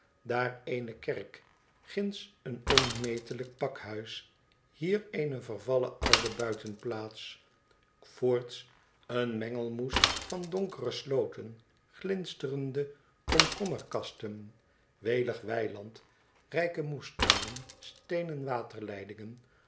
daar eene kerk ginds een onmetelijk pakhuis hier eene vervallen oude buitenplaats voorts een mengelmoes van donkere slooten glinsterende komkommerkasten welig weiland rijke moestuinen steenen waterleidingen